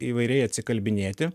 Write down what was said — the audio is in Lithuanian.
įvairiai atsikalbinėti